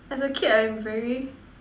as a kid I'm very